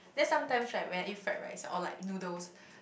there sometime should I where eat fried rice or like noodles